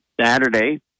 Saturday